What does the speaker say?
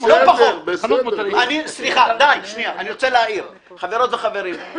אני רוצה לשאול שאלה, לא נותנים לי.